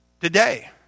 Today